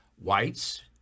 whites